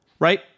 Right